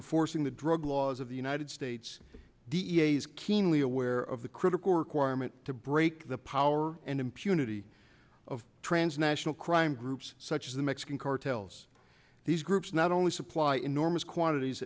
forcing the drug laws of the united states d e a s keenly aware of the critical requirement to break the power and impunity of transnational crime groups such as the mexican cartels these groups not only supply enormous quantities